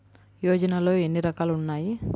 యోజనలో ఏన్ని రకాలు ఉన్నాయి?